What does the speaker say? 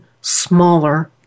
smaller